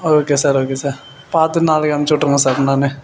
okay sir okay sir பார்த்து நாளைக்கு அனுப்பிச்சு விட்ருங்க சார் என்னன்னு